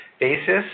basis